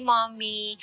Mommy